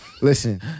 Listen